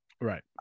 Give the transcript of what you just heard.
Right